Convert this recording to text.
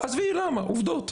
עזבי למה, עובדות.